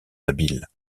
habiles